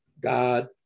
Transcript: God